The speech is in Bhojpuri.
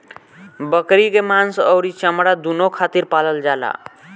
बकरी के मांस अउरी चमड़ा दूनो खातिर पालल जाला